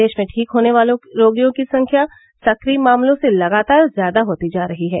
देश में ठीक होने वाले रोगियों की संख्या सक्रिय मामलों से लगातार ज्यादा होती जा रही है